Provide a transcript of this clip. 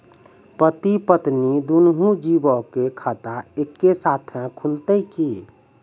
पति पत्नी दुनहु जीबो के खाता एक्के साथै खुलते की?